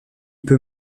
peut